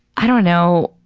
i don't know,